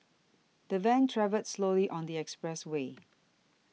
the van travelled slowly on the expressway